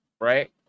Right